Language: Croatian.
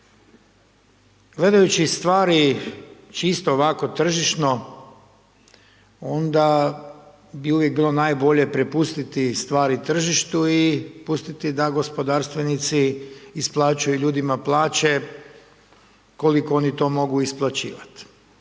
Gledajući stvari čisto ovako tržišno, onda bi uvijek bilo najbolje prepustiti stvari tržištu i pustiti da gospodarstvenici isplaćuju ljudima plaće koliko oni to mogu isplaćivati.